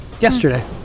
yesterday